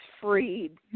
Freed